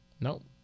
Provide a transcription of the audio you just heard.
Nope